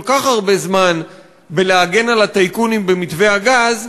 כך הרבה זמן בלהגן על הטייקונים במתווה הגז,